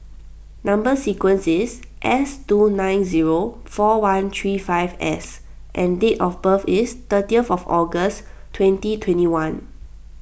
Number Sequence is S two nine zero four one three five S and date of birth is thirty of August twenteen twenty one